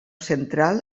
central